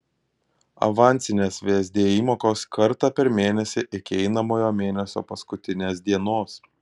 avansinės vsd įmokos kartą per mėnesį iki einamojo mėnesio paskutinės dienos